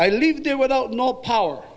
i leave there without no power